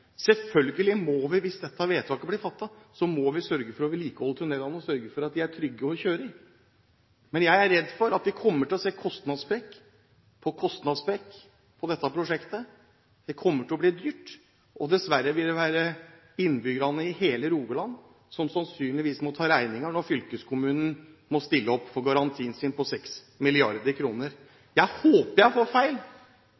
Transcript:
selvfølgelig må vi, hvis dette vedtaket blir fattet, sørge for å vedlikeholde tunnelene og sørge for at de er trygge å kjøre i. Men jeg er redd for at vi kommer til å se kostnadssprekk på kostnadssprekk på dette prosjektet. Det kommer til å bli dyrt, og dessverre vil det være innbyggerne i hele Rogaland som sannsynligvis må ta regningen når fylkeskommunen må stille opp for garantien sin på